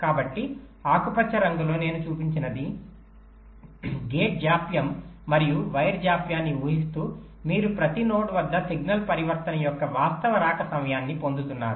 కాబట్టి ఆకుపచ్చ రంగులో నేను చూపించినది గేట్ జాప్యం మరియు వైర్ జాప్యాన్ని ఊహిస్తూ మీరు ప్రతి నోడ్ వద్ద సిగ్నల్ పరివర్తన యొక్క వాస్తవ రాక సమయాన్ని పొందుతున్నారు